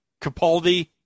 Capaldi